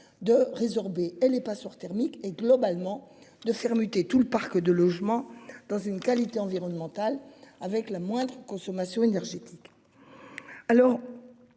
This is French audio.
de résorber. Elle est pas sûr thermique et globalement de fermeté tout le parc de logements dans une qualité environnementale avec la moindre consommation énergétique.